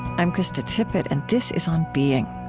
i'm krista tippett, and this is on being.